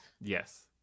Yes